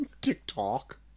tiktok